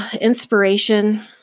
inspiration